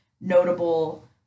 notable